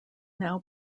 now